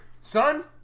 Son